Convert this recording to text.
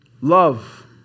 Love